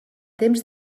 temps